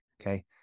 okay